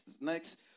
next